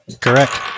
Correct